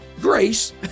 grace